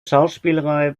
schauspielerei